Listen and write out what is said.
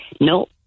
No